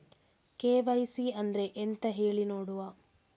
KYC ಅಂದ್ರೆ ಎಂತ ಹೇಳಿ ನೋಡುವ?